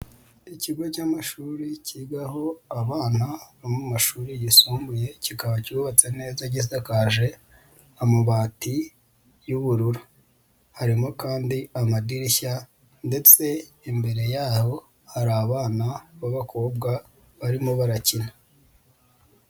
Ikigo cy'amashuri kigaho abana bo mu mashuri yisumbuye, kikaba cyubatse neza gisakaje amabati y'ubururu, harimo kandi amadirishya ndetse imbere yaho hari abana b'abakobwa barimo barakina.